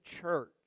church